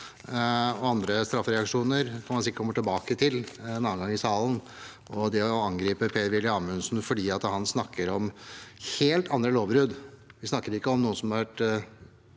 Andre straffereaksjoner kan man sikkert komme tilbake til en annen gang i salen. Man angriper altså Per-Willy Amundsen fordi han snakker om helt andre lovbrudd. Vi snakker ikke om noen som har kjørt